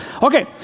Okay